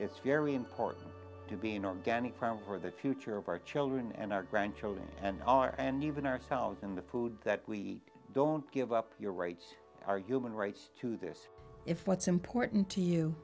it's very important to be an organic farm for the future of our children and our grandchildren and our and even ourselves in the food that we don't give up your rights are human rights to this if what's important to you